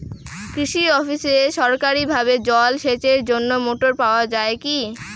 কৃষি অফিসে সরকারিভাবে জল সেচের জন্য মোটর পাওয়া যায় কি?